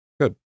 Good